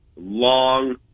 long